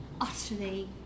utterly